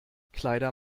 kleider